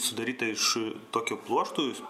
sudaryta iš tokio pluoštų